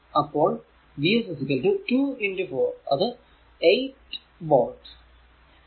അപ്പോൾ V s 4 2 അത് 8 volt